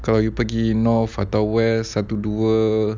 kalau you pergi north atau west satu dua